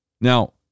Now